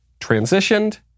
transitioned